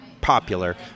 popular